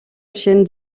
chaîne